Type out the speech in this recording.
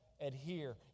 adhere